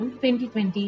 2020